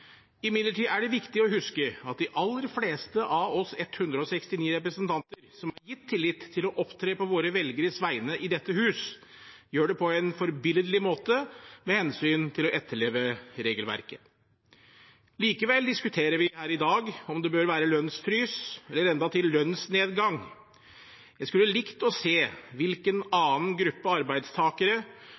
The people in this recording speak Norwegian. Det er imidlertid viktig å huske at de aller fleste av oss 169 representanter som er gitt tillit til å opptre på våre velgeres vegne i dette hus, gjør det på en forbilledlig måte med hensyn til å etterleve regelverket. Likevel diskuterer vi her i dag om det bør være lønnsfrys eller endatil lønnsnedgang. Jeg skulle likt å se hvilken annen gruppe arbeidstakere